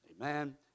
amen